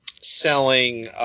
selling